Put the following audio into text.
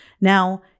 Now